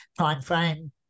timeframe